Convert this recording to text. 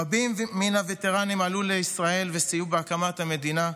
רבים מן הווטרנים עלו לישראל וסייעו בהקמת המדינה,